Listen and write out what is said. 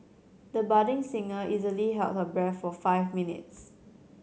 the budding singer easily held her breath for five minutes